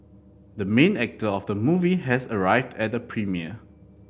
the main actor of the movie has arrived at the premiere